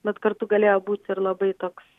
bet kartu galėjo būti ir labai toks